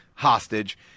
Hostage